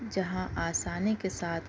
جہاں آسانی کے ساتھ